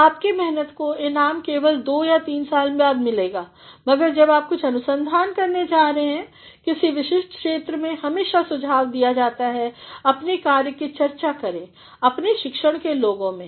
और आपकी मेहनत को इनाम केवल दो या तीन साल बाद मिलेगा मगर जब आप कुछ अनुसंधान करने जा रहे हैं किसी विशिष्ट क्षेत्र में हमेशा सुझाव दिया जाता है अपनी कार्य की चर्चा करें अपने शिक्षण के लोगों से